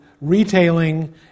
retailing